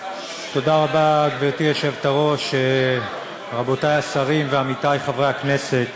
תודה רבה, רבותי השרים ועמיתי חברי הכנסת,